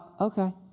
okay